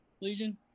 Legion